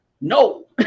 no